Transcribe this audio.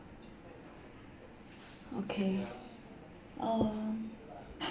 okay um